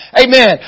Amen